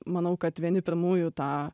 manau kad vieni pirmųjų tą